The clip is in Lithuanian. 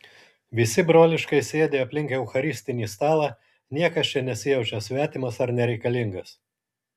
visi broliškai sėdi aplink eucharistinį stalą niekas čia nesijaučia svetimas ar nereikalingas